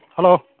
hello